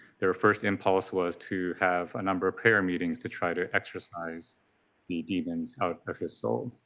their first impulse was to have a number of prayer meetings to try to exercise the demons out of his soul.